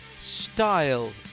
style